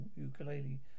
ukulele